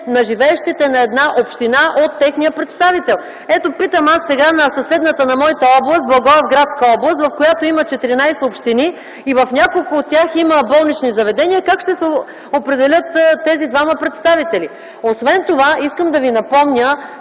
на живеещите в една община от техния представител. Ето, сега питам на съседната на моята област – Благоевградска област, в която има 14 общини, и в няколко от тях има болнични заведения: как ще се определят тези двама представители? Освен това искам да ви напомня,